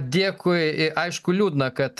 dėkui ir aišku liūdna kad